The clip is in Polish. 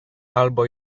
albo